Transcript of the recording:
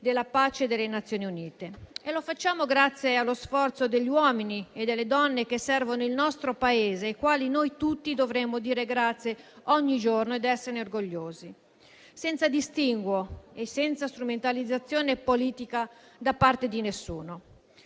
della pace delle Nazioni Unite. Lo facciamo grazie allo sforzo degli uomini e delle donne che servono il nostro Paese, ai quali noi tutti dovremmo dire grazie ogni giorno ed esserne orgogliosi, senza distinguo e senza strumentalizzazione politica da parte di nessuno.